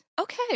Okay